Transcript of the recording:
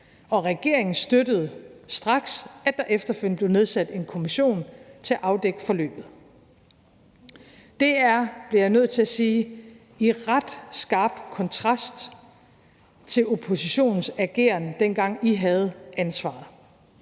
og regeringen støttede straks, at der efterfølgende blev nedsat en kommission til at afdække forløbet. Det er – bliver jeg nødt til at sige – i ret skarp kontrast til oppositionens ageren, dengang I havde ansvaret.